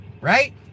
right